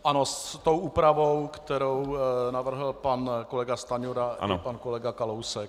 Ano, s tou úpravou, kterou navrhl pan kolega Stanjura a pan kolega Kalousek.